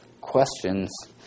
questions